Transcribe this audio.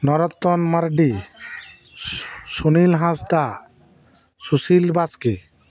Norton Mardi Sunil Hansda Sushil Baske